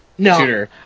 No